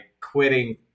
quitting